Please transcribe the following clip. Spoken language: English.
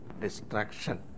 destruction